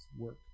work